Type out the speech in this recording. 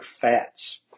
fats